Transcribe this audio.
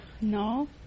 No